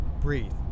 breathe